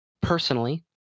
personally